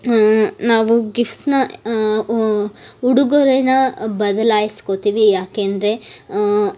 ನಾವು ಗಿಫ್ಟ್ಸನ್ನು ಉಡುಗೊರೆಯ ಬದಲಾಯಿಸ್ಕೊತೀವಿ ಯಾಕಂದ್ರೆ